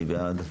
מי בעד?